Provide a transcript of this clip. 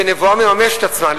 שנבואה מממשת את עצמה.